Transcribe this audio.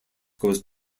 goes